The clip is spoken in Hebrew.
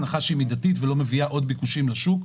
זאת הנחה מידתית, ולא מביאה עוד ביקושים לשוק.